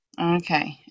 Okay